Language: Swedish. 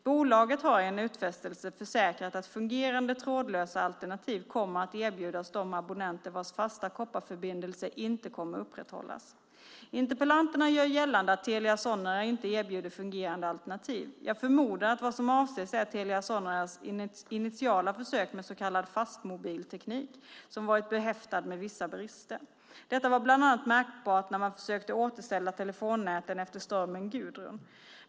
Bolaget har i en utfästelse försäkrat att fungerande trådlösa alternativ kommer att erbjudas de abonnenter vars fasta kopparförbindelse inte kommer att upprätthållas. Interpellanterna gör gällande att Telia Sonera inte erbjuder fungerande alternativ. Jag förmodar att vad som avses är Telia Soneras initiala försök med så kallad fastmobilsteknik, som varit behäftad med vissa brister. Detta var bland annat märkbart när man försökte återställa telefonnäten efter stormen Gudrun.